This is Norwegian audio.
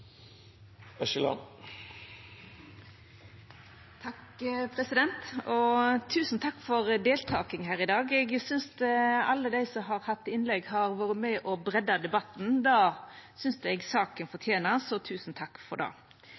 i denne debatten. Tusen takk for deltakinga her i dag. Eg synest alle dei som har hatt innlegg, har vore med på å breidda debatten. Det synest eg saka fortener, så tusen takk for